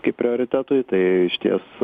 kaip prioritetui tai išties